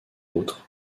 autres